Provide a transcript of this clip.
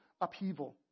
upheaval